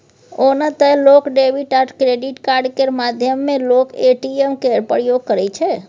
ओना तए लोक डेबिट आ क्रेडिट कार्ड केर माध्यमे लोक ए.टी.एम केर प्रयोग करै छै